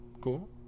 Cool